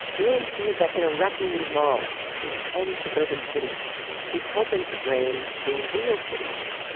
gruen sees that in erecting these malls these tiny suburban cities he's helping to drain the real cities.